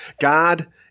God